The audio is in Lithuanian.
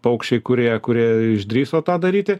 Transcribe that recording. paukščiai kurie kurie išdrįso tą daryti